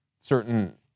certain